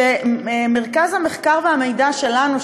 שמרכז המחקר והמידע שלנו,